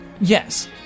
Yes